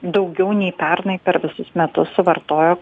daugiau nei pernai per visus metus suvartojo